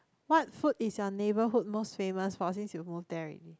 what food is your neighborhood most famous for since you've moved there already